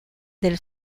del